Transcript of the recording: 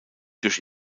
durch